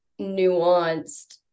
nuanced